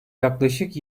yaklaşık